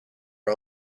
are